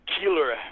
killer